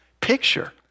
picture